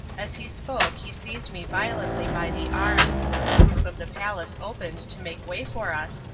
as he spoke he seized me violently by the arm the roof of the palace opened to make way for us,